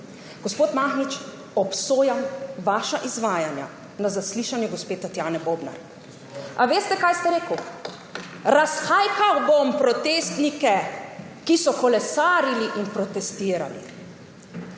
Gospod Mahnič, obsojam vaša izvajanja na zaslišanju gospe Tatjane Bobnar. Veste, kaj ste rekli? »Razhajkal bom protestnike, ki so kolesarili in protestirali.«